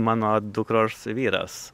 mano dukros vyras